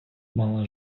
мала